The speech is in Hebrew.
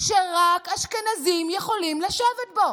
שרק אשכנזים יכולים לשבת בו.